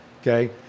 Okay